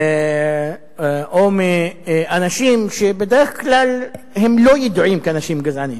או מאנשים שבדרך כלל לא ידועים כאנשים גזענים.